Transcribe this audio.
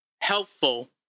helpful